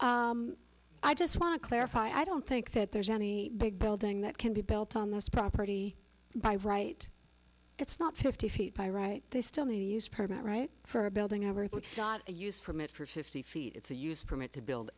best i just want to clarify i don't think that there's any big building that can be built on this property by right it's not fifty feet by right they still need to use permit right for a building ever got a use from it for fifty feet it's a use permit to build